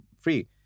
free